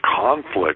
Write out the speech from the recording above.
conflict